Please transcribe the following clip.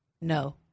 No